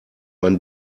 man